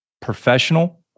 professional